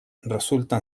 resultan